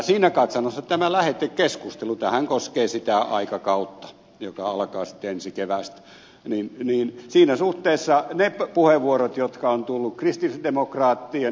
siinä katsannossahan tämä lähetekeskustelu koskee sitä aikakautta joka alkaa sitten ensi keväästä ja siinä suhteessa ne puheenvuorot jotka ovat tulleet kristillisdemokraattien ed